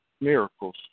miracles